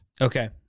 Okay